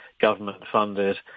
government-funded